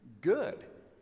good